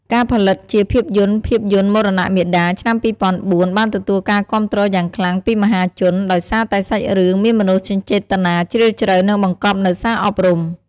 ការផលិតជាភាពយន្ត ភាពយន្ត "មរណៈមាតា" ឆ្នាំ២០០៤ បានទទួលការគាំទ្រយ៉ាងខ្លាំងពីមហាជន ដោយសារតែសាច់រឿងមានមនោសញ្ចេតនាជ្រាលជ្រៅ និងបង្កប់នូវសារអប់រំ។